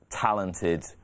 talented